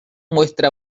muestra